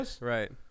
Right